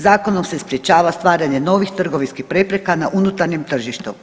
Zakonom se sprječava stvaranje novih trgovinskih prepreka na unutarnjem tržištu.